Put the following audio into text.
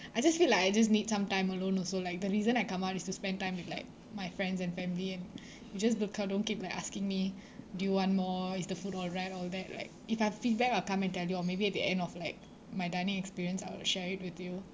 I just feel like I just need some time alone also like the reason I come out is to spend time with like my friends and family and you just don't come don't keep like asking me do you want more is the food alright all that like if I have feedback I'll come and tell you or maybe at the end of like my dining experience I will share it with you